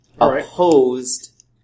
Opposed